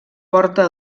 porta